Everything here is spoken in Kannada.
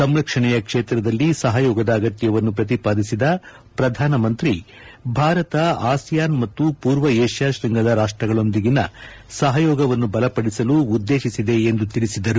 ಸಂರಕ್ಷಣೆಯ ಕ್ಷೇತ್ರದಲ್ಲಿ ಸಹಯೋಗದ ಅಗತ್ಯವನ್ನು ಪ್ರತಿಪಾದಿಸಿದ ಪ್ರಧಾನಮಂತ್ರಿ ಭಾರತ ಆಸಿಯಾನ್ ಮತ್ತು ಪೂರ್ವ ಏಷ್ಯಾ ಶೃಂಗದ ರಾಷ್ಸಗಳೊಂದಿಗಿನ ಸಹಯೋಗವನ್ನು ಬಲಪಡಿಸಲು ಉದ್ದೇತಿಸಿದೆ ಎಂದು ತಿಳಿಸಿದರು